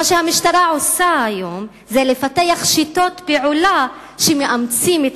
מה שהמשטרה עושה היום זה לפתח שיטות פעולה שמאמצות את